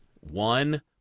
One